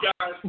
guys